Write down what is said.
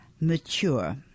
mature